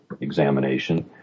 examination